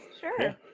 Sure